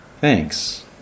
Thanks